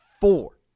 Four